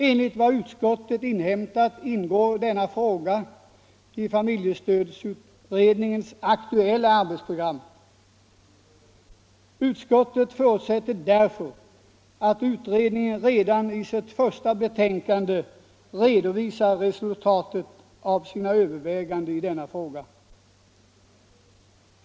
Enligt vad utskottet inhämtat ingår denna fråga i familjestödsutredningens aktuella arbetsprogram. Utskottet förutsätter därför att utredningen redan i sitt första betänkande redovisar resultatet av sina överväganden i denna fråga.